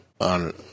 on